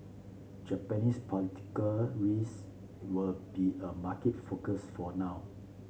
Japanese political risk will be a market focus for now